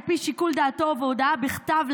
על פי שיקול דעתו ובהודעה בכתב,